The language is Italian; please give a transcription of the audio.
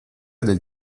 del